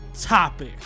topic